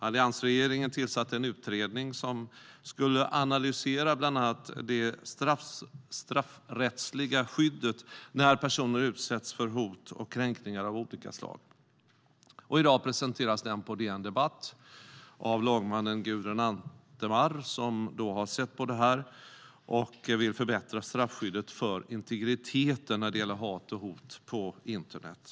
Alliansregeringen tillsatte en utredning som skulle analysera bland annat det straffrättsliga skyddet när personer utsätts för hot och kränkningar av olika slag, och i dag presenteras den på DN Debatt av lagmannen Gudrun Antemar. Hon har tittat på detta och vill förbättra straffskyddet för integriteten när det gäller hat och hot på internet.